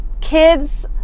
Kids